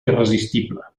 irresistible